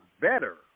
better